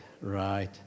right